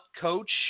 coach